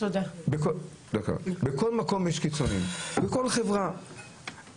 בכל חברה,